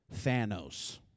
Thanos